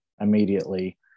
immediately